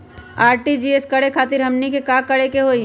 RTGS करे खातीर हमनी के का करे के हो ई?